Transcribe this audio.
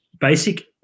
basic